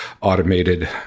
automated